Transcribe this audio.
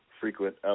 frequent